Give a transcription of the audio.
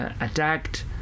Attacked